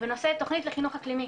בנושא תוכנית לחינוך אקלימי,